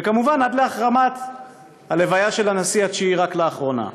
וכמובן עד להחרמת ההלוויה של הנשיא התשיעי רק לאחרונה.